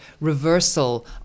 reversal